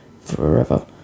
forever